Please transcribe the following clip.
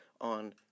on